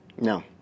No